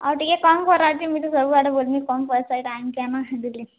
ଆଉ ଟିକେ କମ୍ କର ଯେ ମୁଁଇ ତ ସବୁ ଆଡ଼େ ବୁଲିବ୍ବି କମ୍ ପଇସାଟା ଆଣିଚି